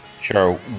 Sure